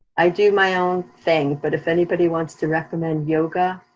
i do my own thing but if anybody wants to recommend yoga